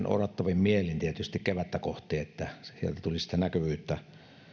odottavin mielin kevättä kohti niin että sieltä tulisi näkyvyyttä